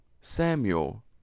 Samuel